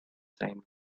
same